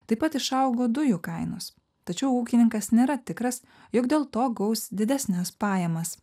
taip pat išaugo dujų kainos tačiau ūkininkas nėra tikras jog dėl to gaus didesnes pajamas